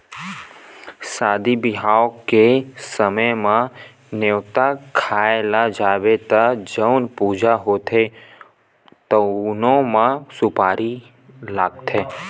सादी बिहाव के समे म, नेवता खाए ल जाबे त जउन पूजा होथे तउनो म सुपारी लागथे